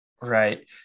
right